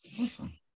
Awesome